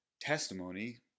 testimony